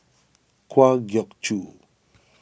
Kwa Geok Choo